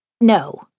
No